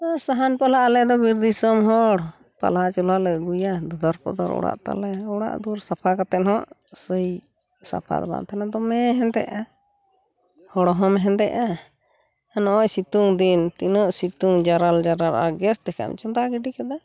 ᱥᱟᱦᱟᱱ ᱯᱟᱞᱦᱟ ᱟᱞᱮᱫᱚ ᱵᱤᱨ ᱫᱤᱥᱚᱢ ᱦᱚᱲ ᱯᱟᱞᱦᱟ ᱪᱚᱞᱦᱟ ᱞᱮ ᱟᱹᱜᱩᱭᱟ ᱫᱷᱚᱫᱚᱨ ᱯᱚᱫᱚᱨ ᱚᱲᱟᱜ ᱛᱟᱞᱮ ᱚᱲᱟᱜ ᱫᱩᱣᱟᱹᱨ ᱥᱟᱯᱟ ᱠᱟᱛᱮᱜ ᱦᱚᱸ ᱥᱟᱹᱭ ᱥᱟᱯᱟ ᱫᱚ ᱵᱟᱝ ᱛᱟᱦᱮᱱᱟ ᱫᱚᱢᱮ ᱦᱮᱸᱫᱮᱜᱼᱟ ᱦᱚᱲ ᱦᱚᱸᱢ ᱦᱮᱸᱫᱮᱜᱼᱟ ᱱᱚᱜ ᱯᱚᱭ ᱥᱤᱛᱩᱝ ᱫᱤᱱ ᱛᱤᱱᱟᱹᱜ ᱥᱤᱛᱩᱝ ᱡᱟᱨᱟᱞ ᱡᱟᱨᱟᱞ ᱟᱨ ᱜᱮᱥ ᱛᱮᱠᱷᱟᱡ ᱮᱢ ᱪᱚᱸᱫᱟ ᱜᱴᱤᱰᱤ ᱠᱟᱫᱟ